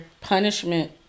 punishment